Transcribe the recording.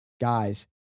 guys